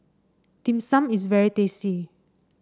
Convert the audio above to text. Dim Sum is very tasty